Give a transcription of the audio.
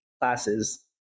classes